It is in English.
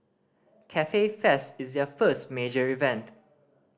Cafe Fest is their first major event